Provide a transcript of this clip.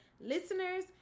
listeners